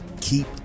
Keep